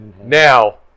now